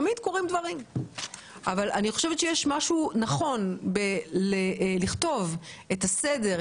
תמיד קורים דברים אבל אני חושבת שיש משהו נכון לכתוב את הסדר,